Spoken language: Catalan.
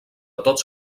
tots